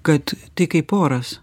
kad tai kaip oras